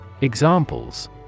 Examples